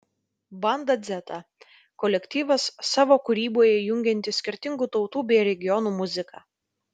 banda dzeta kolektyvas savo kūryboje jungiantis skirtingų tautų bei regionų muziką